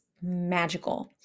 magical